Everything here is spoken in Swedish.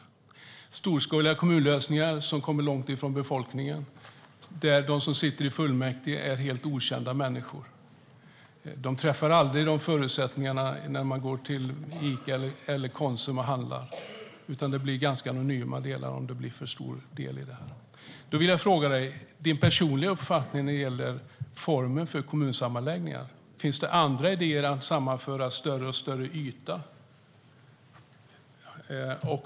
Med storskaliga lösningar kommer man långt från befolkningen, och de som sitter i fullmäktige är helt okända människor. Dem träffar man aldrig när man går till Ica eller Konsum och handlar, utan det blir ganska anonymt med för stora delar. Jag vill fråga dig om din personliga uppfattning, Niklas Karlsson, när det gäller formen för kommunsammanläggningar. Finns det andra idéer om att sammanföra allt större ytor?